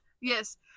yes